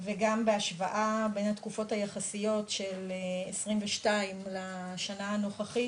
וגם בהשוואה בין התקופות היחסיות של 2022 לשנה הנוכחית,